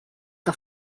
que